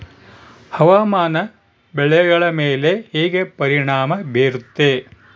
ಹವಾಮಾನ ಬೆಳೆಗಳ ಮೇಲೆ ಹೇಗೆ ಪರಿಣಾಮ ಬೇರುತ್ತೆ?